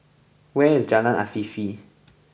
where is Jalan Afifi